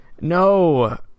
No